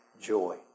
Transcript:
joy